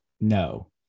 no